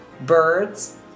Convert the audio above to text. birds